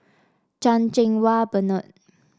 Chan Cheng Wah Bernard